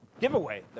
giveaway